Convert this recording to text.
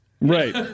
right